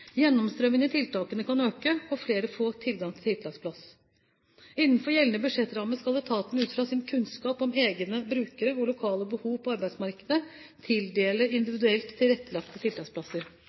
i jobb i år enn før. Gjennomstrømningen i tiltakene kan øke, og flere kan få tilgang til tiltaksplass. Innenfor gjeldende budsjettramme skal etaten ut fra sin kunnskap om egne brukere og lokale behov på arbeidsmarkedet tildele individuelt tilrettelagte tiltaksplasser.